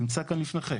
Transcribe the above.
נמצא כאן לפניכם.